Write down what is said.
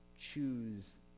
choose